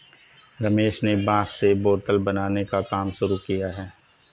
रमेश ने बांस से बोतल बनाने का काम शुरू किया है